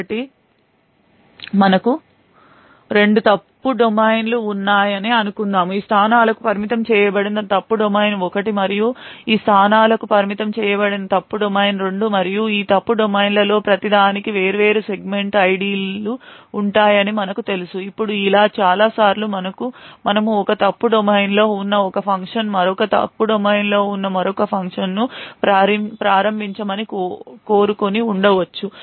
కాబట్టి మనకు రెండు ఫాల్ట్ డొమైన్లు ఉన్నాయని అనుకుందాం ఈ స్థానాలకు పరిమితం చేయబడిన ఫాల్ట్ డొమైన్ 1 మరియు ఈ స్థానాలకు పరిమితం చేయబడిన ఫాల్ట్ డొమైన్ 2 మరియు ఈ ఫాల్ట్ డొమైన్ల లో ప్రతిదానికి వేర్వేరు సెగ్మెంట్ ఐడిలు ఉంటాయని మనకు తెలుసు ఇప్పుడు ఇలా చాలా సార్లు మనము ఒక ఫాల్ట్ డొమైన్లో ఉన్న ఒక ఫంక్షన్ మరొక ఫాల్ట్ డొమైన్లో ఉన్న మరొక ఫంక్షన్ను ప్రారంభించమని కోరు కొని ఉండ వచ్చు